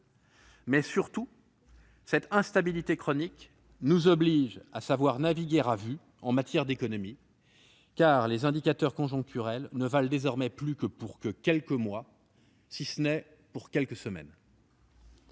Surtout, cette instabilité chronique nous oblige à naviguer à vue en matière économique, car les indicateurs conjoncturels ne valent désormais plus que pour quelques mois, si ce n'est pour quelques semaines.